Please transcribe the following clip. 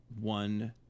one